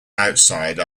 outside